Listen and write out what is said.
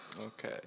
Okay